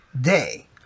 day